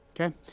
Okay